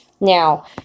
Now